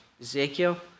Ezekiel